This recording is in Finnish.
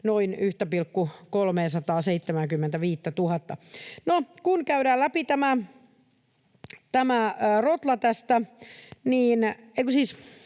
siis 1 375 000. No, kun käydään läpi tämä rotla tästä,